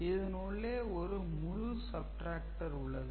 இதனுள்ளே ஒரு முழு "subtractor" உள்ளது